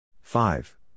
Five